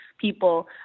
people